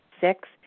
Six